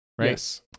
Yes